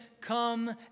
come